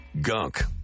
Gunk